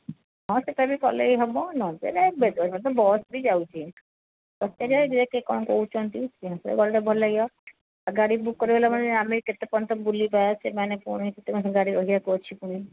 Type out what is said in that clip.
ହଁ ସେଇଟା ବି କଲେ ହେବ ନ ହେଲେ ତ ବେଦବ୍ୟାସ ବସ୍ ବି ଯାଉଛି ପଚାରିବା ଯେ ସେ କ'ଣ କହୁଛନ୍ତି ସେ ଅନୁସାରେ ଗଲେ ଭଲ ଲାଗିବ ଗାଡ଼ି ବୁକ୍ କରି ଦେଲା ମାନେ ଆମେ କେତେ ପର୍ଯ୍ୟନ୍ତ ବୁଲିବା ସେ ଭାଇନା ପୁଣି ସେତେ ପର୍ଯ୍ୟନ୍ତ ଗାଡ଼ି ରହିବାକୁ ଅଛି ପୁଣି